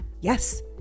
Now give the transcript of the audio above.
Yes